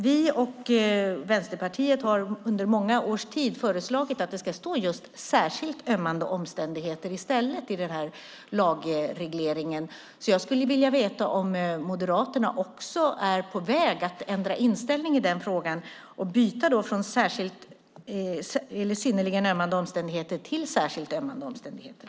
Vi och Vänsterpartiet har under många år föreslagit att det i stället ska stå just "särskilt ömmande omständigheter" i lagregleringen. Jag skulle därför vilja veta om Moderaterna är på väg att ändra inställning i den frågan och gå från "synnerligen ömmande omständigheter" till "särskilt ömmande omständigheter"?